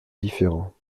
différents